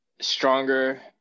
stronger